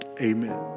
amen